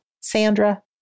Sandra